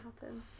happen